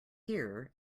here